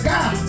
God